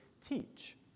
teach